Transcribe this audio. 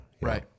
Right